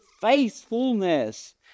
faithfulness